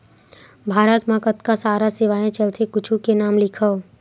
भारत मा कतका सारा सेवाएं चलथे कुछु के नाम लिखव?